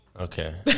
Okay